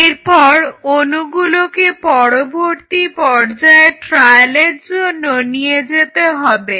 এরপর অণুগুলোকে পরবর্তী পর্যায়ের ট্রায়ালের জন্য নিয়ে যেতে হবে